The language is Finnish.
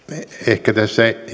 ehkä tässä